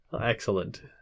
Excellent